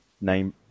name